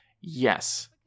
yes